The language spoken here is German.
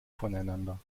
voneinander